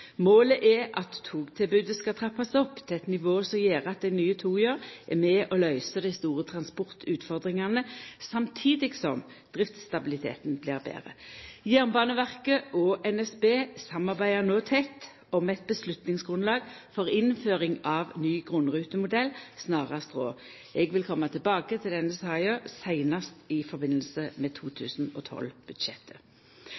Målet er at togtilbodet skal trappast opp til eit nivå som gjer at dei nye toga er med og løyser dei store transportutfordringane samtidig som driftsstabiliteten blir betre. Jernbaneverket og NSB samarbeider no tett om eit beslutningsgrunnlag for innføring av ny grunnrutemodell snarast råd. Eg vil koma tilbake til denne saka seinast i samband med